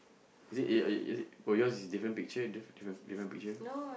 is it a a is it for yours is different picture different different picture